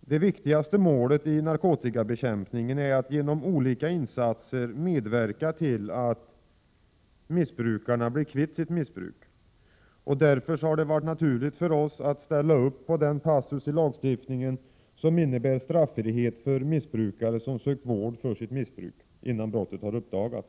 det viktigaste målet i narkotikabekämpningen är att genom olika insatser medverka till att missbrukarna blir kvitt sitt missbruk. Därför har det varit naturligt för oss att ställa oss bakom den passus i lagstiftningen som innebär straffrihet för missbrukare som sökt vård för sitt missbruk innan brottet har uppdagats.